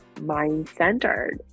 mind-centered